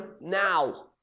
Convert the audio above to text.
now